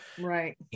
Right